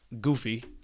goofy